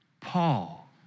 Paul